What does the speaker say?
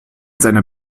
seiner